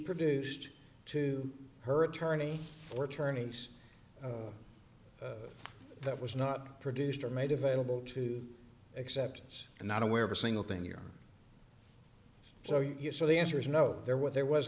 produced to her attorney for tourney's that was not produced or made available to exceptions and not aware of a single thing here so your so the answer is no there were there was